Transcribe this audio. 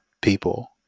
people